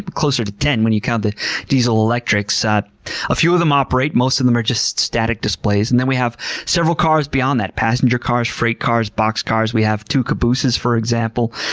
closer to ten when you count the diesel-electrics. a ah few of them operate. most of them are just static displays. and then we have several cars beyond that. passenger cars, freight cars, boxcars. we have two cabooses for example.